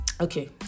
okay